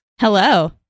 Hello